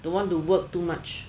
don't want to work too much